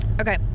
Okay